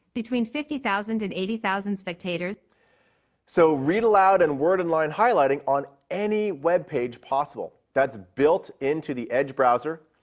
between fifty thousand and eighty thousand spectators. mike so, read aloud, and word and line highlighting on any web page possible. that's built into the edge browser,